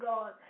God